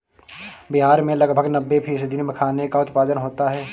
बिहार में लगभग नब्बे फ़ीसदी मखाने का उत्पादन होता है